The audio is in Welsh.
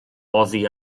oddi